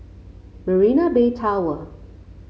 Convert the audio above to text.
Marina Bay Tower